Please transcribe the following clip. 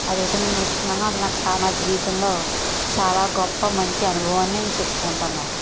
అది అయితే నేను నేర్చుకున్నాను అది నాకు చాలా జీవితంలో చాలా గొప్ప మంచి అనుభవం అని నేను చెప్పుకుంటాను అన్నమాట